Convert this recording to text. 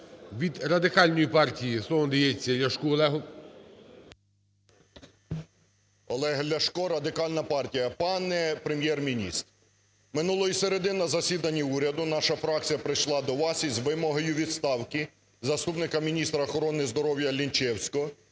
Від Радикальної партії слово надається Ляшку Олегу. 10:37:18 ЛЯШКО О.В. Олег Ляшко, Радикальна партія. Пане Прем'єр-міністр, минулої середи на засіданні уряду наша фракція прийшла до вас із вимогою відставки заступника міністра охорони здоров'я Лінчевського,